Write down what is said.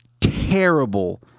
terrible